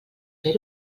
fer